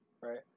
right